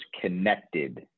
connected